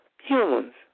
humans